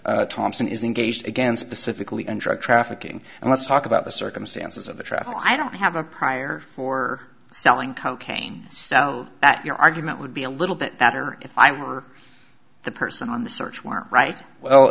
mr thompson is engaged again specifically and drug trafficking and let's talk about the circumstances of the traffic i don't have a prior for selling cocaine so that your argument would be a little bit better if i were the person on the search warrant right well